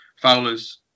Fowler's